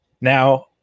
now